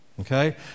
okay